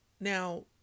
Now